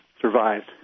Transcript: survived